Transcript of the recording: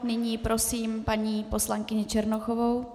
Nyní prosím paní poslankyni Černochovou.